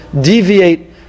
deviate